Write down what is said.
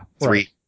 Three